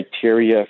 criteria